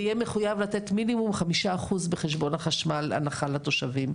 ויהיה מחויב לתת מינימום 5% הנחה לתושבים בחשבון החשמל.